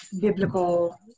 biblical